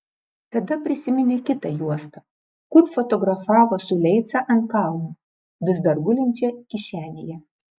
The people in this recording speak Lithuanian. tada prisiminė kitą juostą kur fotografavo su leica ant kalno vis dar gulinčią kišenėje